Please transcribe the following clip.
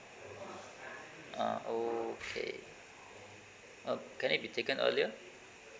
ah okay uh can it be taken earlier